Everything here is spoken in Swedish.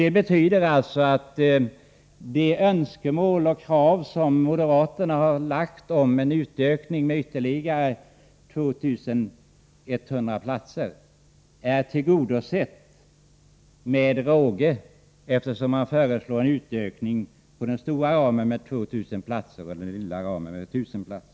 Det betyder att de önskemål och krav som moderaterna har om en utökning med ytterligare 2 100 platser tillgodoses med råge, eftersom man föreslår en utökning på den stora ramen med 2 000 platser och på den lilla ramen med 1 000 platser.